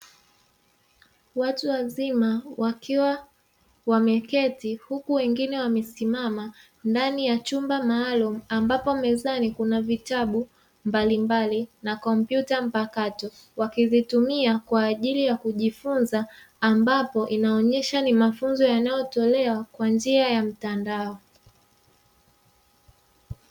Watu wazima wameketi huku wengine wamesimama ndani ya chumba maalumu, ambapo mezani kuna vitabu mbalimbali na kompyuta mpakato, wakivitumia kwa ajili ya kujifunza; ambapo inaonyesha ni mafunzo yanayotolewa kwa njia ya mtandao.